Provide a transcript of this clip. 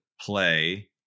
play